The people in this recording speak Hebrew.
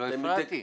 לא הפרעתי.